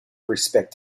respect